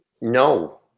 No